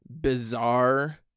bizarre